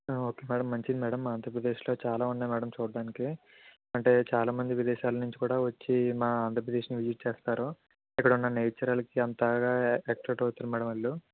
okay madam మంచిది madam మా ఆంధ్రప్రదేశ్లో చాలా ఉన్నాయి మేడం చూడ్డానికి అంటే చాలా మంది విదేశాల నుంచి కూడా వచ్చి మా ఆంధ్రప్రదేశ్ని విజిట్ చేస్తారు ఇక్కడ ఉన్న నేచరల్కి అంతగా అట్ట్రాక్ట్ అవుతారు మేడం వాళ్ళు